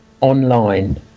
online